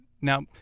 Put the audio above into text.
Now